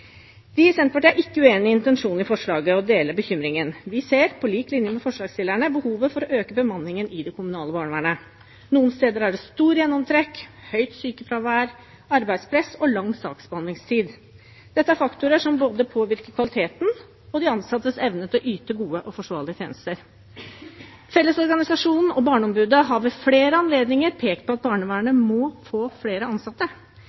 Vi i Senterpartiet er ikke uenig i intensjonen i forslaget og deler bekymringen. Vi ser, på lik linje med forslagsstillerne, behovet for å øke bemanningen i det kommunale barnevernet. Noen steder er det stor gjennomtrekk, høyt sykefravær, arbeidspress og lang saksbehandlingstid. Dette er faktorer som påvirker både kvaliteten og de ansattes evne til å yte gode og forsvarlige tjenester. Fellesorganisasjonen og Barneombudet har ved flere anledninger pekt på at barnevernet må få flere ansatte.